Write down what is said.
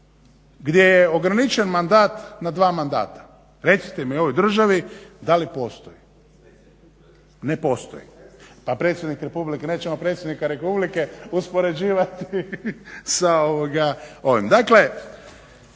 gdje je ograničen mandat na dva mandata. Recite mi u ovoj državi da li postoji. Ne postoji. … /Upadica se ne razumije./… Pa predsjednik republike, nećemo predsjednika Republike uspoređivati sa ovim.